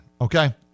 okay